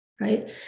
right